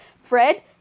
Fred